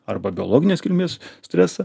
arba biologinės kilmės stresą